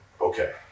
Okay